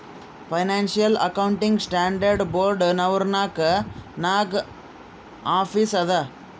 financial accounting standard board Norwalk ನಾಗ್ office ಅದಾ